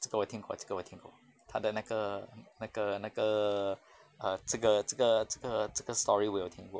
这个我听过这个我听过她的那个那个那个 uh uh 这个这个这个这个 story 我有听过